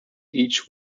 each